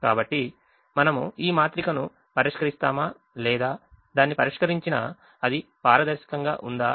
కాబట్టి మనము ఈ మాత్రికను పరిష్కరిస్తామా లేదా దాన్ని పరిష్కరించినా అది పారదర్శకంగా ఉందా